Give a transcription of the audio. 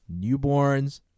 newborns